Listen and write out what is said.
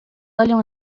olham